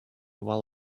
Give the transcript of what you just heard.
while